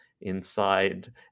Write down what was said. inside